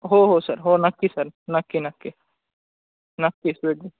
हो हो सर हो नक्की सर नक्की नक्की नक्की स्वीट